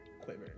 quiver